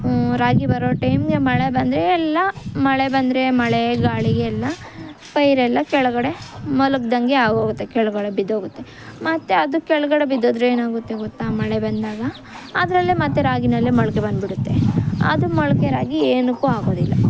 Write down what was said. ರಾಗಿ ಬರೋ ಟೈಮ್ಗೆ ಮಳೆ ಬಂದ್ರೆ ಎಲ್ಲ ಮಳೆ ಬಂದ್ರೆ ಮಳೆ ಗಾಳಿಗೆ ಎಲ್ಲ ಪೈರೆಲ್ಲ ಕೆಳಗಡೆ ಮಲಗ್ದಂತೆ ಆಗೋಗುತ್ತೆ ಕೆಳಗಡೆ ಬಿದ್ದೋಗುತ್ತೆ ಮತ್ತೆ ಅದು ಕೆಳಗಡೆ ಬಿದ್ದೋದರೆ ಏನಾಗುತ್ತೆ ಗೊತ್ತಾ ಮಳೆ ಬಂದಾಗ ಅದರಲ್ಲೇ ಮತ್ತೆ ರಾಗಿಯಲ್ಲೇ ಮೊಳಕೆ ಬಂದ್ಬಿಡುತ್ತೆ ಅದು ಮೊಳಕೆ ರಾಗಿ ಏನಕ್ಕೂ ಆಗೋದಿಲ್ಲ